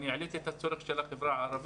אני העליתי את הצורך של החברה הערבית.